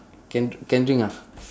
can can drink ah